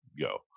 go